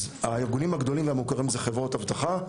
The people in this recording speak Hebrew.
הארגונים הגדולים והמוכרים הם חברות אבטחה,